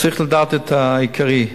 צריך לדעת את העיקרים,